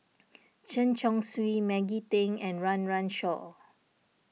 Chen Chong Swee Maggie Teng and Run Run Shaw